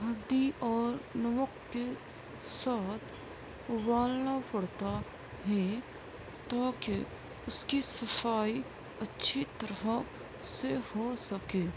ہلدی اور نمک کے ساتھ ابالنا پڑتا ہے تاکہ اس کی صفائی اچھی طرح سے ہو سکے